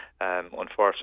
Unfortunately